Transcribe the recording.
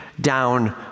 down